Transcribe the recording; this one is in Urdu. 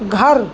گھر